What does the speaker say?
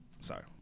Sorry